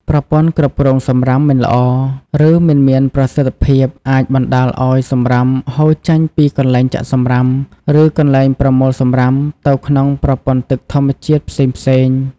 ប្រព័ន្ធគ្រប់គ្រងសំរាមមិនល្អ ឬមិនមានប្រសិទ្ធភាពអាចបណ្តាលឱ្យសំរាមហូរចេញពីកន្លែងចាក់សំរាម ឬកន្លែងប្រមូលសំរាមទៅក្នុងប្រព័ន្ធទឹកធម្មជាតិផ្សេងៗ។